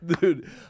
Dude